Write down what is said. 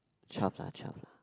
twelve lah twelve lah